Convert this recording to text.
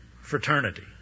fraternity